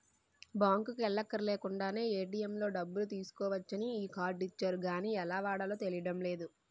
బాంకుకి ఎల్లక్కర్లేకుండానే ఏ.టి.ఎం లో డబ్బులు తీసుకోవచ్చని ఈ కార్డు ఇచ్చారు గానీ ఎలా వాడాలో తెలియడం లేదు